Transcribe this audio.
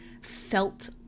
felt